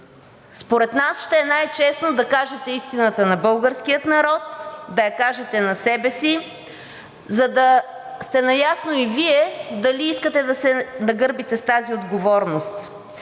Според нас ще е най-честно да кажете истината на българския народ, да я кажете на себе си, за да сте наясно и Вие дали искате да се нагърбите с тази отговорност